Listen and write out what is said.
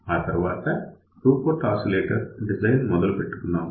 ఆ తరువాత two port oscillator design మొదలు పెట్టుకున్నాం